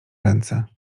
ręce